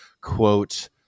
quote